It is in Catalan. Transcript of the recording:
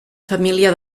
família